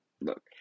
look